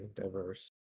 diverse